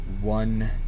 one